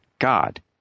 God